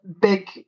big